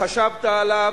חשבת עליו,